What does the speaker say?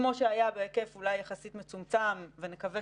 כמו שהיה בהיקף יחסית מצומצם ונקווה